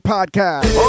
Podcast